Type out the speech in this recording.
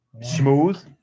smooth